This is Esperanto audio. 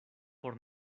por